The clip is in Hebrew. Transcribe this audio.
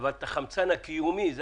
אבל את החמצן הקיומי.